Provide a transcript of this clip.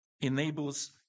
enables